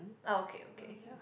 oh okay okay